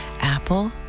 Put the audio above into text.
Apple